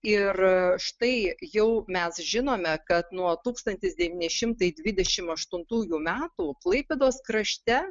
ir štai jau mes žinome kad nuo tūkstnatis devyni šimtai dvidešimt aštuntųjų metų klaipėdos krašte